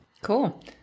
Cool